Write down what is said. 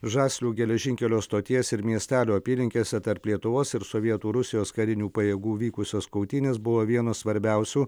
žaslių geležinkelio stoties ir miestelio apylinkėse tarp lietuvos ir sovietų rusijos karinių pajėgų vykusios kautynės buvo vienos svarbiausių